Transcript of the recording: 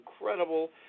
incredible